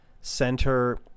center